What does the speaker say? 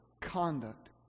conduct